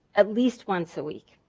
at least once a week.